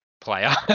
player